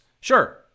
Sure